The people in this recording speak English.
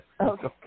Okay